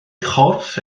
chorff